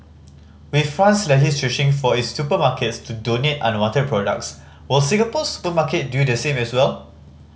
with France legislating for its supermarkets to donate unwanted products will Singapore's supermarket do the same as well